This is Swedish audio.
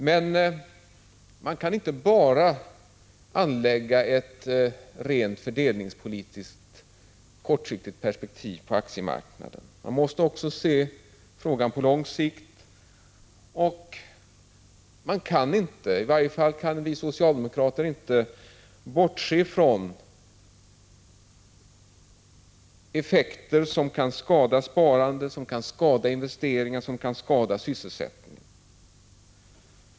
Men man kan inte anlägga ett rent fördelningspolitiskt och kortsiktigt perspektiv på aktiemarknaden. Man måste också se det på lång sikt. Man kan inte — i varje fall kan inte vi socialdemokrater det — bortse från effekter som kan skada sparande, investeringar och sysselsättning.